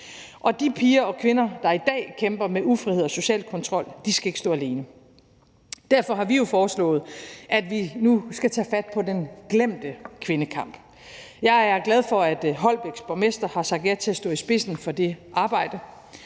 Og de piger og kvinder, der i dag kæmper med ufrihed og social kontrol, skal ikke stå alene. Derfor har vi jo foreslået, at vi nu skal tage fat på den glemte kvindekamp. Jeg er glad for, at Holbæks borgmester har sagt ja til at stå i spidsen for det arbejde.